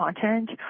content